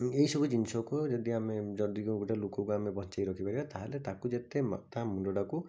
ଏହିସବୁ ଜିନିଷକୁ ଯଦି ଆମେ ଯଦି ଗୋଟେ ଲୋକକୁ ଆମେ ବଞ୍ଚେଇ ରଖିପାରିବା ତା'ହେଲେ ତାକୁ ଯେତେ ମାଥା ମୁଣ୍ଡଟାକୁ